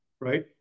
Right